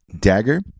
Dagger